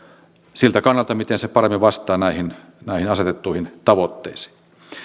siltä kannalta miten se paremmin vastaa näihin näihin asetettuihin tavoitteisiin